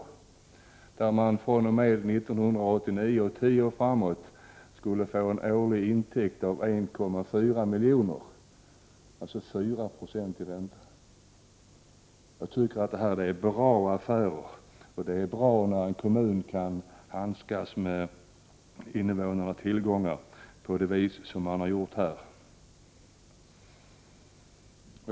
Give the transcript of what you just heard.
Den årliga intäkten för den marken skulle fr.o.m. 1989 och tio år framåt vara 1,4 miljoner, alltså 4 90 i ränta. Jag tycker att det är bra affärer, och att det är bra när en kommun kan handskas med invånarnas tillgångar på det sätt som har gjorts här.